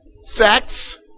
sex